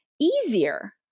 easier